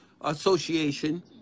Association